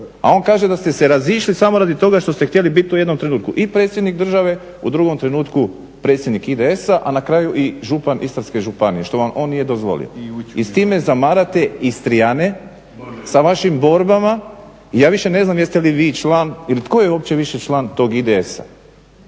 A on kaže da ste razišli samo zbog toga što ste htjeli biti u jednom trenutku i predsjednik države u drugom trenutku predsjednik IDS-a i na kraju župan Istarske županije što vam on nije dozvolio. I s time zamarate Istrijane sa vašim borbama i ja ne znam jeste li vi član ili tko je uopće više član tog IDS-a.